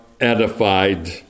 edified